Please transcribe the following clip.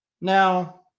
Now